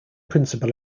principle